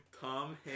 Tom